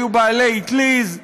היו בעלי אטליז,